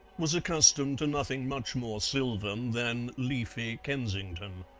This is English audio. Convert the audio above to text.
was accustomed to nothing much more sylvan than leafy kensington.